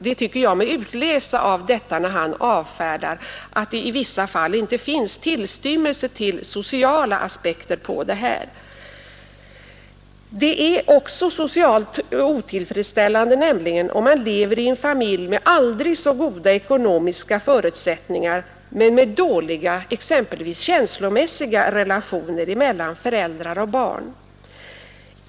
Det är nämligen också socialt otillfredsställande om man lever i en familj med aldrig så goda ekonomiska förutsättningar men med dåliga exempelvis känslomässiga relationer mellan föräldrar och barn.